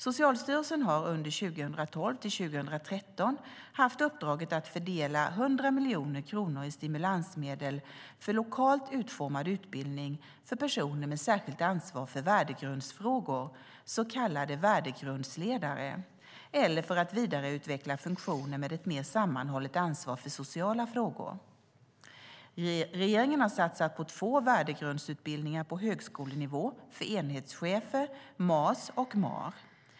Socialstyrelsen har under 2012-2013 haft uppdraget att fördela 100 miljoner kronor i stimulansmedel till lokalt utformad utbildning för personer med särskilt ansvar för värdegrundsfrågor, så kallade värdegrundsledare, eller för att vidareutveckla funktioner med ett mer sammanhållet ansvar för sociala frågor. Regeringen har satsat på två värdegrundsutbildningar på högskolenivå för enhetschefer, MAS och MAR.